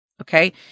okay